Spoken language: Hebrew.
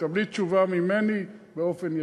תקבלי תשובה ממני באופן ישיר.